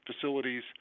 facilities